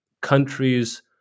countries